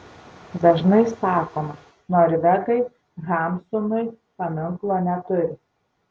dažnai sakoma norvegai hamsunui paminklo neturi